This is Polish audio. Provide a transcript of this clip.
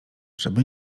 żeby